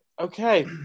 Okay